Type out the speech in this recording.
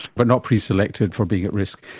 but not preselected for being at risk.